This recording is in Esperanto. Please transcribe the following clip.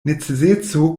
neceseco